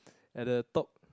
at the top